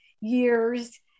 years